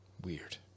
Weird